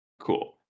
Cool